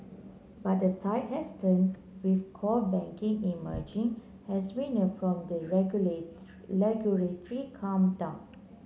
but the tide has turned with core banking emerging as winner from the regular regulatory clampdown